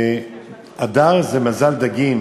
אדר זה מזל דגים,